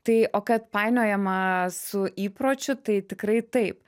tai o kad painiojama su įpročiu tai tikrai taip